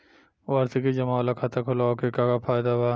वार्षिकी जमा वाला खाता खोलवावे के का फायदा बा?